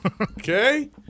Okay